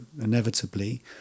inevitably